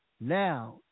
Now